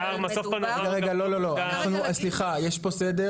--- רגע, סליחה, יש פה סדר.